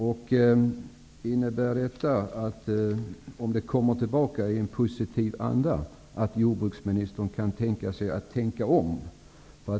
Om det kommer tillbaka i en positiv anda, innebär det då att jordbruksministern kan tänka om?